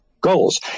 goals